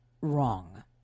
wrong